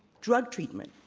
drug treatment,